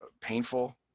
painful